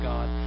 God